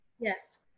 Yes